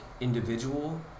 individual